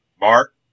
Mark